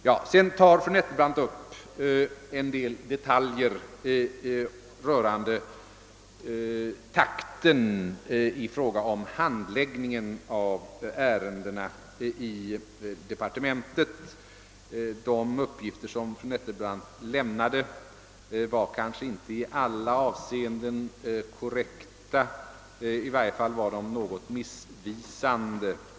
Fru Nettelbrandt tog vidare upp en del detaljer rörande takten i ärendenas handläggning i departementet. De upp gifter som fru Nettelbrandt därvid lämnade var kanske inte i alla avseenden korrekta — i varje fall var de något missvisande.